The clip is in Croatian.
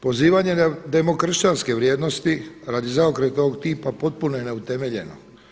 Pozivanje na demokršćanske vrijednosti radi zaokreta ovog tipa potpuno je neutemeljeno.